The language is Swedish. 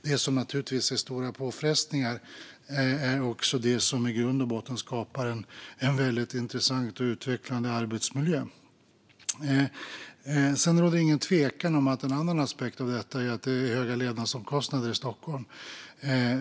Det som naturligtvis innebär stora påfrestningar är också det som i grund och botten skapar en väldigt intressant och utvecklande arbetsmiljö. Sedan råder det ingen tvekan om att en annan aspekt av detta är de höga levnadsomkostnaderna i Stockholm.